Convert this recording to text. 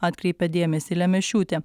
atkreipė dėmesį lemešiūtė